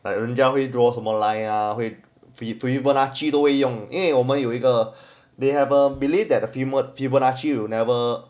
like 人家会 draw 什么 line ah 会 pre pre bola 就用因为我们有一个 they have a believe that a fibonacci will never